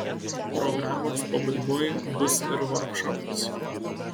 programos pabaigoj bus ir vorkšopas